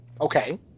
okay